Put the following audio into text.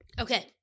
Okay